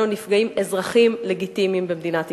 נפגעים אזרחים לגיטימיים במדינת ישראל.